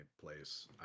place